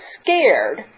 scared